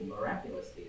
miraculously